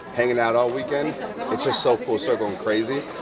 hanging out all weekend, it's just so full circle and crazy.